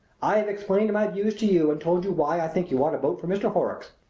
i have explained my views to you and told you why i think you ought to vote for mr. horrocks.